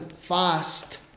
fast